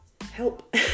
help